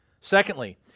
secondly